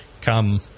come